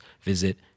visit